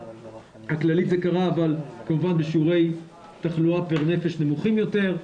הכללית זה קרה אבל בשיעורי תחלואה פר נפש נמוכים יותר,